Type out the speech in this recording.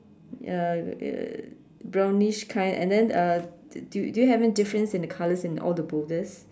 uh uh brownish kind and then uh do do you having difference in the colour in all the boulders